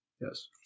Yes